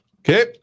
Okay